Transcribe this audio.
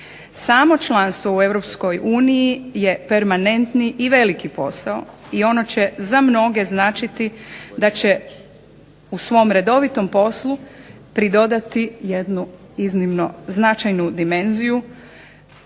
Samo članstvo u Europskoj uniji je permanentni i veliki posao i ono će za mnoge značiti da će i svom redovitom poslu pridodati jednu iznimno značajnu dimenziju,